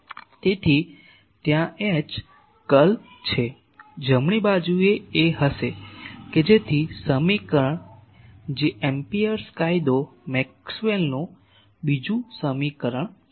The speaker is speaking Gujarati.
તેથી ત્યાં H કર્લ છે જમણી બાજુ એ હશે કે જેથી સમીકરણ જે એમ્પીયરસ કાયદો મેક્સવેલનું બીજું સમીકરણ છે